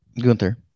Gunther